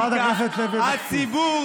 מה התשובה?